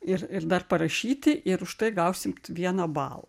ir ir dar parašyti ir už tai gausit vieną balą